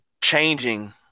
changing